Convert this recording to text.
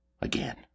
again